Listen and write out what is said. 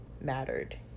mattered